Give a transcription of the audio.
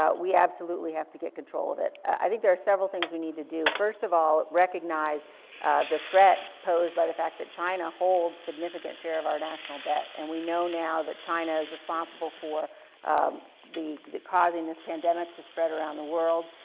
we absolutely have to get control of it. i think there are several things we need to do. first of all, recognize the threat posed by the fact that china holds significant share of our national debt. and we know now that china's responsible for the, the causing this pandemic to spread around the world.